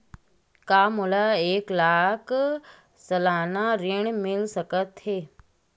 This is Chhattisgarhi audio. का मोला एक लाख सालाना ऋण मिल सकथे?